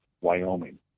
Wyoming